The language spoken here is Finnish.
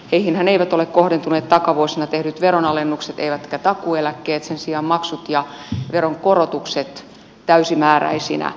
heihinhän eivät ole kohdentuneet takavuosina tehdyt veronalennukset eivätkä takuueläkkeet sen sijaan maksut ja veronkorotukset täysimääräisinä